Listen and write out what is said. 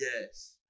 Yes